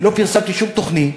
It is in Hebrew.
לא פרסמתי שום תוכנית.